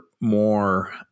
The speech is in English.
more